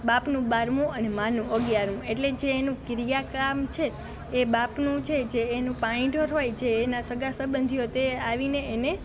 બાપનું બારમુ અને માનું અગિયારમું એટલે જે એનું ક્રિયાકર્મ છે એ બાપનું છે જે એનું પાણીઢોળ હોય જે એના સગા સંબંધીઓ તે આવીને એને